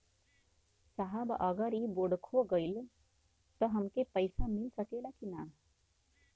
साहब अगर इ बोडखो गईलतऽ हमके पैसा मिल सकेला की ना?